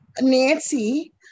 Nancy